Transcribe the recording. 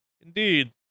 Indeed